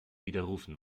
widerrufen